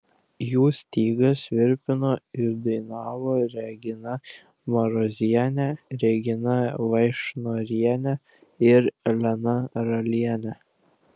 jų stygas virpino ir dainavo regina marozienė regina vaišnorienė ir elena ralienė